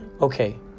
okay